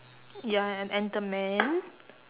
ya a~ and the man